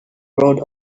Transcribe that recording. wrote